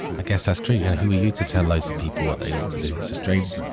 i guess that's true yeah, who are you to tell loads of people what they ought to do. it's a strange.